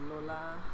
Lola